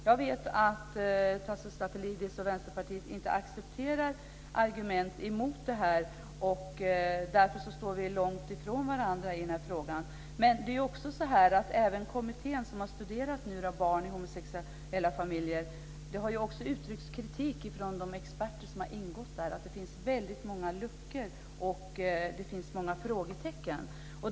Jag vet att Tasso Stafilidis och Vänsterpartiet inte accepterar argument emot detta, och därför står vi långt ifrån varandra i denna fråga. Även inom den kommitté som har studerat barn i homosexuella familjer har det uttryckts kritik från de experter som har ingått. Det finns väldigt många luckor och många frågetecken.